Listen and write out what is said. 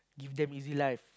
give them easy life